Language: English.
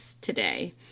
today